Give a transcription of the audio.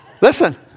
Listen